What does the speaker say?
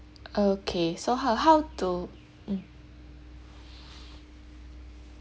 okay so how how to mm